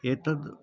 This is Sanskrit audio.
एतद्